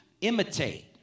imitate